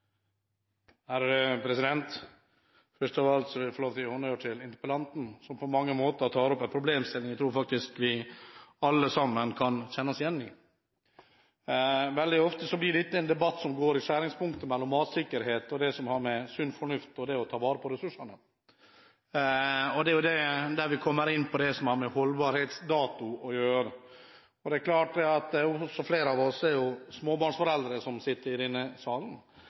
Først av alt vil jeg gi honnør til interpellanten som tar opp en problemstilling som jeg tror vi alle sammen kan kjenne oss igjen i. Veldig ofte blir dette en debatt i skjæringspunktet mellom matsikkerhet, det som har med sunn fornuft og det å ta vare på ressursene å gjøre. Der kommer vi inn på det som har med holdbarhetsdato å gjøre. Flere av oss som sitter i denne salen, er også småbarnsforeldre, og som representanten Storberget var inne på: Hvor tidlig skal man gå i